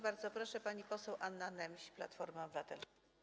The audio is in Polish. Bardzo proszę, pani poseł Anna Nemś, Platforma Obywatelska.